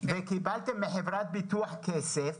כסף מחברת ביטוח,